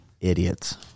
Idiots